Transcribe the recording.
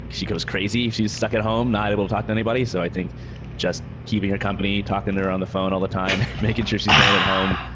like she goes crazy if she's stuck at home, not able talk to anybody. so i think just keeping her company, talking to her on the phone all the time, making sure she stayed at home.